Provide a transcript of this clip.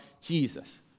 Jesus